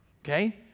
Okay